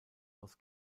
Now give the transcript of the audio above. aus